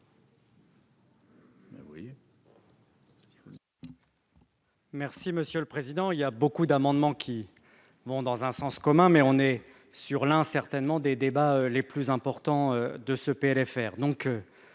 Merci monsieur le président, il y a beaucoup d'amendements qui vont dans un sens commun mais on est sur le hein certainement des débats les plus important de ce PLFR